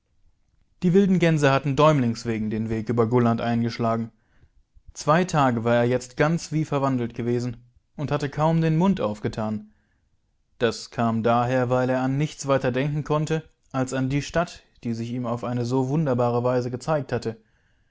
die wilden gänse hatten däumlings wegen den weg über gulland eingeschlagen zweitagewarerjetztganzwieverwandeltgewesenundhatte kaum den mund aufgetan das kam daher weil er an nichts weiter denken konnte als an die stadt die sich ihm auf eine so wunderbare weise gezeigt hatte